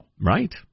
Right